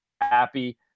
happy